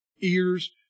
ears